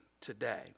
today